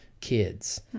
kids